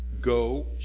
go